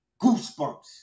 goosebumps